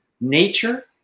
nature